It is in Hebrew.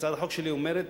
הצעת החוק שלי אומרת